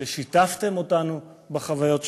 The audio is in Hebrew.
ששיתפתם אותנו בחוויות שלכם,